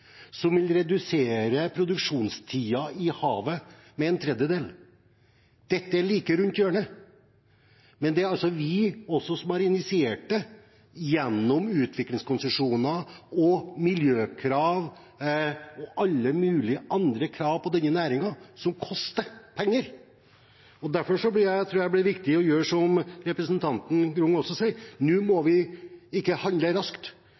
som vil redusere produksjonstiden i havet med en tredjedel. Dette er like rundt hjørnet. Det er vi som har initiert det gjennom utviklingskonsesjoner, miljøkrav og alle mulige andre krav til denne næringen – og det koster penger. Derfor tror jeg det blir riktig å gjøre som representanten Grung også sier: Nå må vi ikke handle raskt.